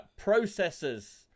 processors